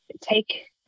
take